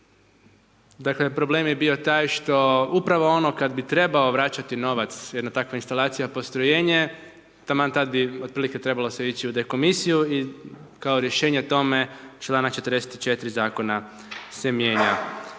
Dakle, problem je bio taj što upravo ono kad bi trebao vraćati novac jedna takva instalacija, postrojenje, taman tad bi otprilike se trebalo ići u dekomisiju i kao rješenje tome, čl. 44. zakona se mijenja.